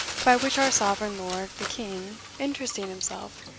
by which our sovereign lord the king, interesting himself,